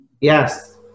yes